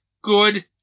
good